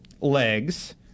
legs